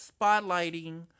spotlighting